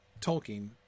Tolkien